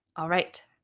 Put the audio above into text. all right.